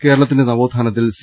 കേരളത്തിന്റെ നവോത്ഥാനത്തിൽ സി